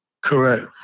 Correct